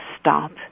stop